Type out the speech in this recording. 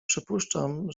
przypuszczam